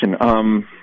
question